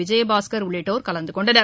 விஜயபாஸ்கா் உள்ளிட்டோர் கலந்துகொண்டனர்